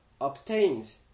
obtains